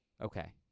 Okay